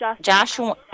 Joshua